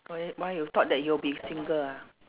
g~ why you thought that you'll be single ah